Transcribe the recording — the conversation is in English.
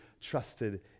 trusted